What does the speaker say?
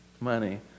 money